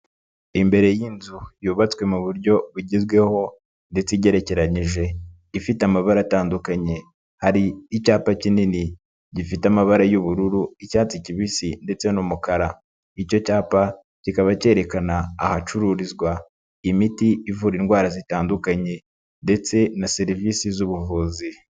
Imbere y'inzu yubatswe mu buryo bugezweho ndetse igerekeranyije ifite amabara atandukanye, hari icyapa kinini gifite amabara y'ubururu, icyatsi kibisi ndetse n'umukara. Icyo cyapa kikaba cyerekana ahacururizwa imiti ivura indwara zitandukanye ndetse na serivisi z'ubuvuzi.